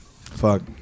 Fuck